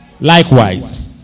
likewise